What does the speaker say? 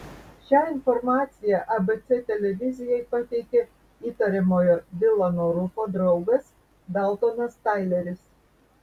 šią informaciją abc televizijai pateikė įtariamojo dilano rufo draugas daltonas taileris